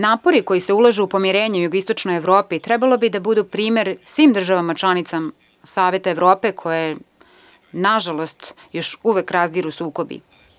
Napori koji se ulažu u pomirenje u jugoističnoj Evropi trebalo bi da budu primer svim državama članicama Saveta Evrope koje nažalost još uvek razdiru sukobi.